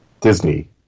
Disney